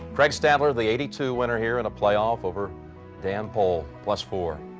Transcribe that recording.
craig stadler the eighty-two winter here in a playoff over sample plus for.